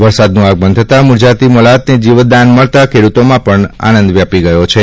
વરસાદનું આગમન તથા મુરઝાતી મોલાતને જીવતદાન મળતાં ખેડૂતોમાં પણ આનંદ વ્યાપી ગયો છે